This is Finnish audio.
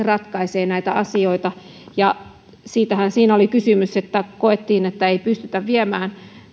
ratkaisee näitä asioita ja siitähän siinä oli kysymys että koettiin että ei pystytä viemään